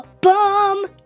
bum